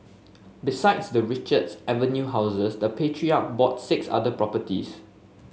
besides the Richards Avenue houses the patriarch bought six other properties